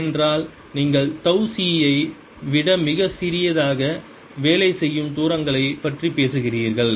ஏனென்றால் நீங்கள் தவ் C ஐ விட மிகச் சிறியதாக வேலை செய்யும் தூரங்களைப் பற்றி பேசுகிறீர்கள்